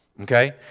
Okay